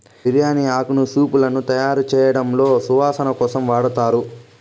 బిర్యాని ఆకును సూపులను తయారుచేయడంలో సువాసన కోసం వాడతారు